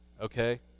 okay